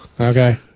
Okay